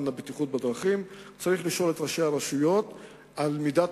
לבטיחות בדרכים צריך לשאול את ראשי הרשויות על מידת